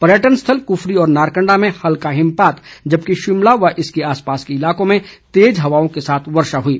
पर्यटन स्थल कुफरी व नारकंडा में हल्का हिमपात जबकि शिमला व इसके आसपास के इलाकों में तेज हवाओं के साथ वर्षा हुई